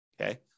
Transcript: okay